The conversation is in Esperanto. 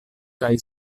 kaj